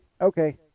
Okay